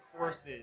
forces